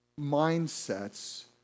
mindsets